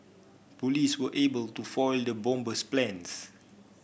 police were able to foil the bomber's plans